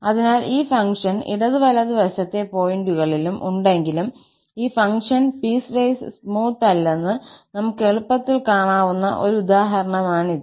അതിനാൽ ഈ ഫംഗ്ഷൻ ഇടതു വലതു വശത്തെ പോയിന്റുകളിലും ഉണ്ടെങ്കിലും ഈ ഫംഗ്ഷൻ പീസ്വൈസ് സ്മൂത്ത് അല്ലന്ന് നമുക്ക് എളുപ്പത്തിൽ കാണാവുന്ന ഒരു ഉദാഹരണമാണിത്